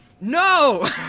no